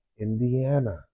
Indiana